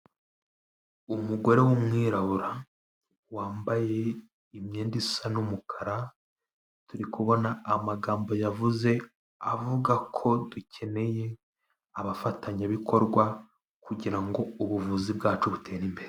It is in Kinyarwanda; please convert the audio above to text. Umugore w'umwirabura wambaye imyenda isa n'umukara, turi kubona amagambo yavuze, avuga ko dukeneye abafatanyabikorwa kugira ngo ubuvuzi bwacu butere imbere.